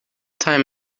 time